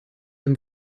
dem